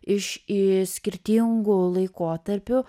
iš skirtingų laikotarpių